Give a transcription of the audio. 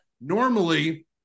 normally